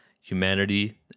humanity